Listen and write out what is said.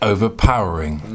Overpowering